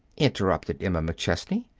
interrupted emma mcchesney.